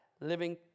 Living